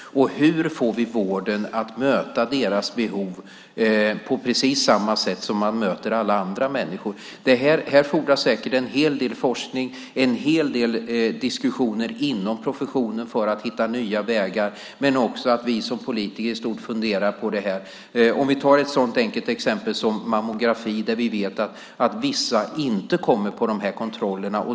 Och hur får vi vården att möta dem och deras behov på precis samma sätt som man möter alla andra människor? Här fordras säkert en hel del forskning och en hel del diskussioner inom professionen för att hitta nya vägar men också att vi som politiker funderar på det här. Vi kan ta ett enkelt exempel som mammografi där vi vet att vissa inte kommer på kontrollerna.